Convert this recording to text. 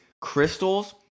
crystals